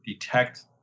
detect